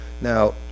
Now